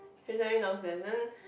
she sent me downstairs then